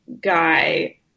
guy